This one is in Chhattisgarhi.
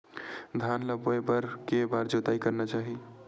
धान ल बोए बर के बार जोताई करना चाही?